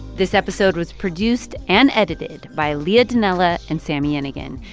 this episode was produced and edited by leah donella and sami yenigun.